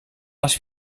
les